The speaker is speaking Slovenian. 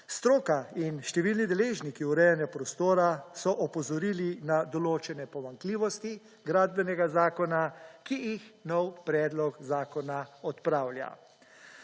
Stroka in številni deležniki urejanja prostora so opozorili na določene pomanjkljivosti gradbenega zakona, ki jih nov predlog zakona odpravlja.